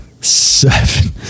seven